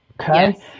okay